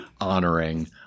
honoring